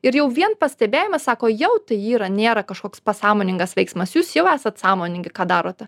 ir jau vien pastebėjome sako jau tai yra nėra kažkoks pasąmoningas veiksmas jūs jau esat sąmoningi ką darote